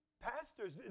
Pastors